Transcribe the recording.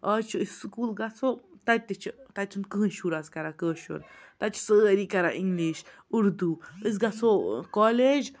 آز چھِ أسۍ سکوٗل گَژھو تَتہِ تہِ چھِ تَتہِ چھُنہٕ کٕہیٖنۍ شُر آز کَران کٲشُر تَتہِ چھِ سٲری کَران اِنٛگلِش اُردو أسۍ گَژھو کالیج